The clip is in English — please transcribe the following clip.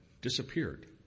disappeared